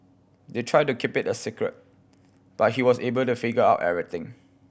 they tried to keep it a secret but he was able to figure out everything